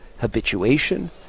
habituation